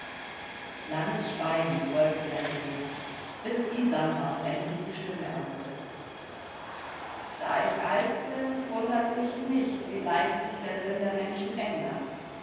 langes schweigen folgte der rede bis isanbart endlich die stimme erhob da ich alt bin wundert mich nicht wie leicht sich der sinn der menschen ändert